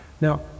Now